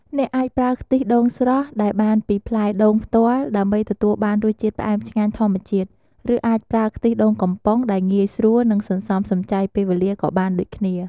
អ្នកអាចប្រើខ្ទិះដូងស្រស់ដែលបានពីផ្លែដូងផ្ទាល់ ដើម្បីទទួលបានរសជាតិផ្អែមឆ្ងាញ់ធម្មជាតិ ឬអាចប្រើខ្ទិះដូងកំប៉ុងដែលងាយស្រួល និងសន្សំសំចៃពេលវេលា ក៏បានដូចគ្នា។